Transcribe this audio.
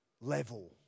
level